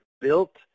built